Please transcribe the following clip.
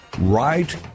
Right